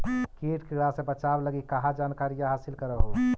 किट किड़ा से बचाब लगी कहा जानकारीया हासिल कर हू?